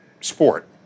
sport